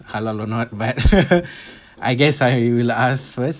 halal or not but I guess I will ask first